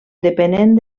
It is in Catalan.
depenent